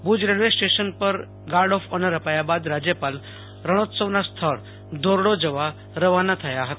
Bhuj railway station પર guard of honour અપાયા બાદ રાજ્યપાલ રણીત્સવનાં સ્થળ ધોરડો જવા રવાના થયા હતા